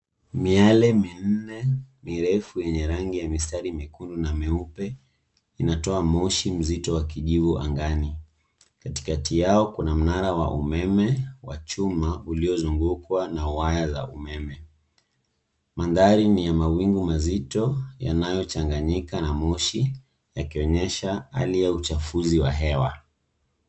Miale minne mirefu yenye rangi ya mistari mekundu na meupe inatoa moshi mzito wa kijivu angani. Katikati yao kuna mnara wa umeme wa chuma uliozungukwa na waya za umeme. Mandhari ni ya mawingu mazito yanayochanganyika na moshi, yakionyesha hali ya uchafuzi wa hewa.